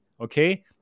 okay